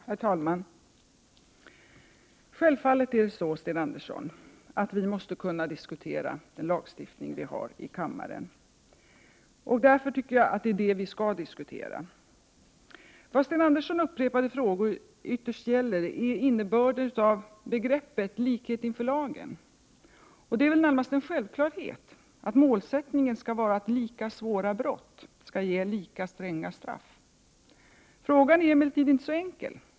Herr talman! Självfallet måste vi, Sten Andersson i Malmö, i kammaren kunna diskutera vår lagstiftning. Därför tycker jag att det är detta vi skall diskutera. Vad Sten Anderssons upprepade frågor ytterst gäller är innebörden i begreppet likhet inför lagen. Och det är ju närmast en självklarhet att målsättningen skall vara att lika svåra brott skall ge lika stränga straff. Frågan är emellertid inte så enkel.